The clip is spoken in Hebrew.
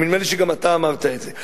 נדמה לי שגם אתה אמרת את זה.